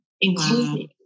including